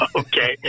okay